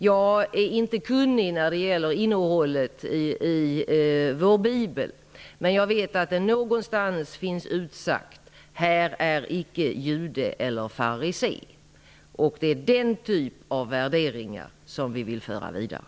Jag är inte kunnig när det gäller innehållet i Bibeln, men jag vet att det någonstans finns utsagt: Här är icke jude eller grek. Det är den typ av värderingar som vi vill föra vidare.